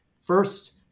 First